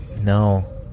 No